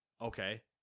Okay